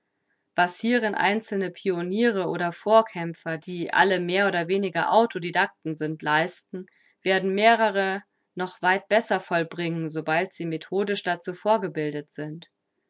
was hierin einzelne pioniere oder vorkämpfer die alle mehr oder weniger auto didacten sind leisten werden mehrere noch weit besser vollbringen sobald sie methodisch dazu vorgebildet sind